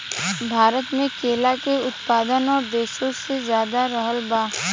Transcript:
भारत मे केला के उत्पादन और देशो से ज्यादा रहल बा